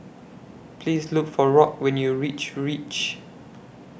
Please Look For Rock when YOU REACH REACH